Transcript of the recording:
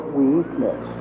weakness